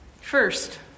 First